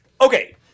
Okay